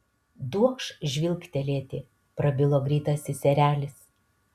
duokš žvilgtelėti prabilo greitasis erelis